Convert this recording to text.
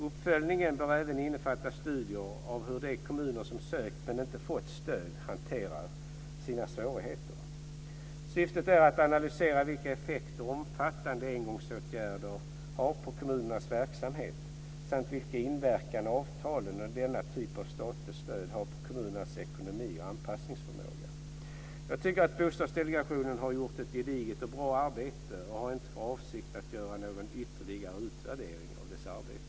Uppföljningen bör även innefatta studier av hur de kommuner som sökt men inte fått stöd har hanterat sina svårigheter. Syftet är att analysera vilka effekter omfattande engångsåtgärder har på kommunernas verksamhet samt vilken inverkan avtalen och denna typ av statligt stöd har på kommunernas ekonomi och anpassningsförmåga. Jag tycker att Bostadsdelegationen har gjort ett gediget och bra arbete och har inte för avsikt att göra någon ytterligare utvärdering av dess arbete.